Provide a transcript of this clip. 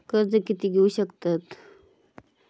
कर्ज कीती घेऊ शकतत?